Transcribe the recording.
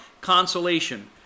consolation